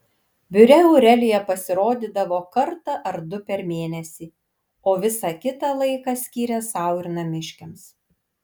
biure aurelija pasirodydavo kartą ar du per mėnesį o visą kitą laiką skyrė sau ir namiškiams